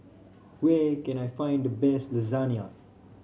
where can I find the best Lasagna